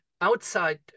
outside